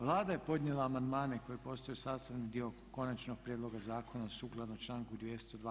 Vlada je podnijela amandmane koji postaju sastavni dio konačnog prijedloga zakona sukladno članku 202.